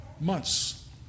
months